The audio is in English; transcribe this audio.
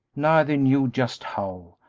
neither knew just how,